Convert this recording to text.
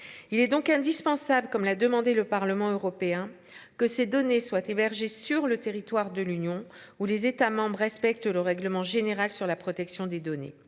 Il est donc indispensable comme l'a demandé. Le Parlement européen que ces données soient hébergés sur le territoire de l'Union ou les États respectent le règlement général sur la protection des données